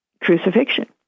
crucifixion